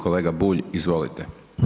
Kolega Bulj izvolite.